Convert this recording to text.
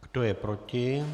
Kdo je proti?